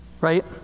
Right